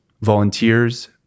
volunteers